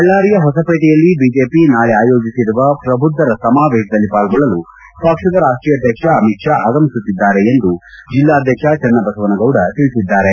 ಬಳ್ಳಾರಿಯ ಹೊಸಪೇಟೆಯಲ್ಲಿ ಬಿಜೆಪಿ ನಾಳೆ ಆಯೋಜಿಸಿರುವ ಪ್ರಭುದ್ದರ ಸಮಾವೇತದಲ್ಲಿ ಪಾಲ್ಗೊಳ್ಳಲು ಪಕ್ಷದ ರಾಷ್ಟೀಯ ಅಧ್ಯಕ್ಷ ಅಮಿತ್ ಶಾ ಆಗಮಿಸುತ್ತಿದ್ದಾರೆ ಎಂದು ಜಿಲ್ಲಾಧ್ಯಕ್ಷ ಚೆನ್ನಬಸವನಗೌಡ ತಿಳಿಸಿದ್ದಾರೆ